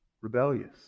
rebellious